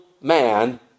man